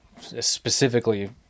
specifically